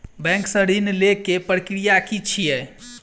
Bank सऽ ऋण लेय केँ प्रक्रिया की छीयै?